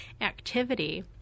activity